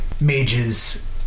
mages